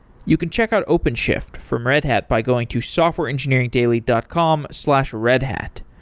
you can check out openshift from red hat by going to softwareengineeringdaily dot com slash redhat.